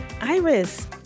Iris